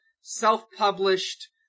self-published